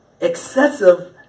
Excessive